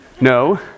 No